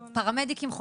פרמדיקים?